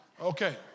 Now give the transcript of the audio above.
Okay